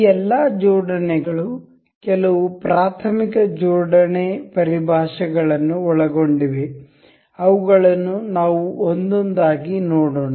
ಈ ಎಲ್ಲಾ ಜೋಡಣೆಗಳು ಕೆಲವು ಪ್ರಾಥಮಿಕ ಜೋಡಣೆ ಪರಿಭಾಷೆಗಳನ್ನು ಒಳಗೊಂಡಿವೆ ಅವುಗಳನ್ನು ನಾವು ಒಂದೊಂದಾಗಿ ನೋಡೋಣ